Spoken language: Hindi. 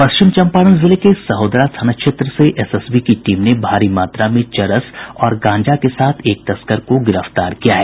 पश्चिम चंपारण जिले के सहोदरा थाना क्षेत्र से एसएसबी की टीम ने भारी मात्रा में चरस और गांजा के साथ एक तस्कर को गिरफ्तार किया है